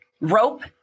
rope